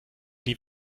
die